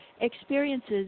Experiences